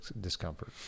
discomfort